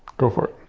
go for it.